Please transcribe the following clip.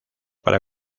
para